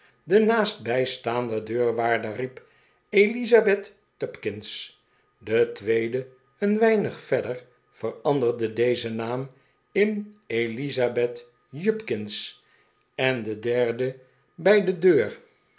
de naastbijstaande deurwaarder riep eiisabeth tupkins de tweede een weinig verder veranderde dezen naam in elisabeth jupkinsj en de derde bij de deur